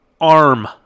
Arm